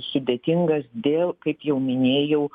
sudėtingas dėl kaip jau minėjau